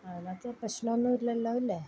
അതിനകത്തെ പ്രശ്നമൊന്നും ഇല്ലല്ലോ ഇല്ലേ